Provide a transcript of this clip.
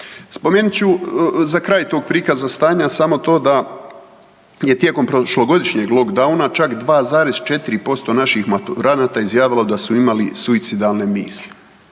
Spomenut ću za kraj tog prikaza stanja samo to da je tijekom prošlogodišnjeg lockdowna čak 2,4% naših maturanata izjavilo da su imali suicidalne misli,